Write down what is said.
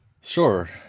Sure